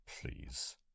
Please